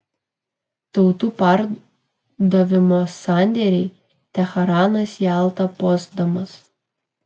tautų pardavimo sandėriai teheranas jalta potsdamas